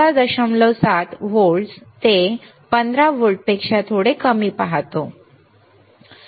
7 volts जे 15 व्होल्टपेक्षा थोडे कमी पाहतो